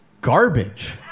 garbage